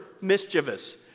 mischievous